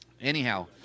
anyhow